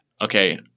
okay